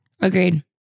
Agreed